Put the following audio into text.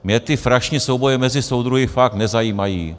Mě ty frašné souboje mezi soudruhy fakt nezajímají.